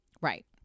Right